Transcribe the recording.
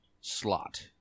slot